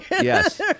Yes